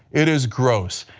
it is gross.